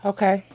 Okay